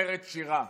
אומרת שירה,